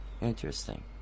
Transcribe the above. interesting